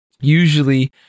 Usually